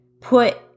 put